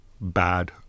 bad